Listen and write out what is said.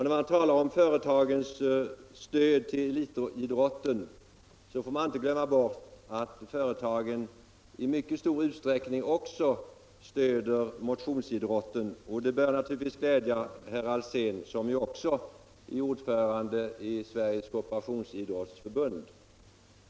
När man talar om företagens stöd till elitidrotten får man inte glömma bort att företagen i mycket stor utsträckning också stöder motionsidrotten; det bör naturligtvis glädja herr Alsén, som också är ordförande i Svenska korporationsidrottsförbundet.